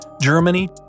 Germany